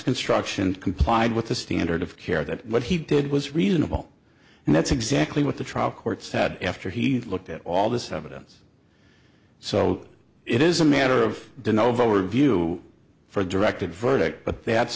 construction complied with the standard of care that what he did was reasonable and that's exactly what the trial court said after he looked at all this evidence so it is a matter of did overview for a directed verdict but that's